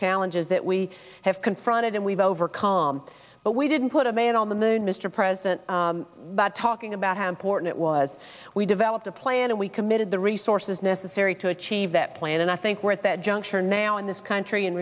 challenges that we have confronted and we've overcome but we didn't put a man on the moon mr president by talking about how important it was we developed a plan and we committed the resources necessary to achieve that plan and i think we're at that juncture now in this country in